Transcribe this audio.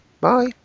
Bye